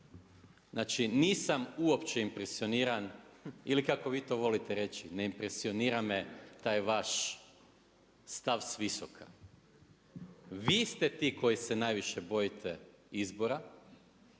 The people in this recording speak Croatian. Znači nisam uopće impresioniran ili kako vi to volite reći ne impresionira me taj vaš stav s visoka. Vi ste ti koji se najviše bojite izbora,